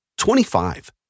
25